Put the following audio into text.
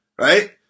Right